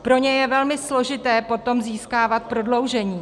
Pro ně je velmi složité potom získávat prodloužení.